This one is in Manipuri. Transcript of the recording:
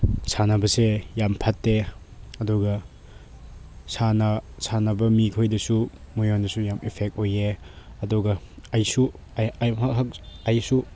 ꯁꯥꯟꯅꯕꯁꯦ ꯌꯥꯝ ꯐꯠꯇꯦ ꯑꯗꯨꯒ ꯁꯥꯟꯅꯕ ꯃꯤꯈꯣꯏꯗꯁꯨ ꯃꯣꯏꯉꯣꯟꯗꯁꯨ ꯌꯥꯝ ꯏꯐꯦꯛ ꯑꯣꯏꯌꯦ ꯑꯗꯨꯒ ꯑꯩꯁꯨ ꯑꯩꯁꯨ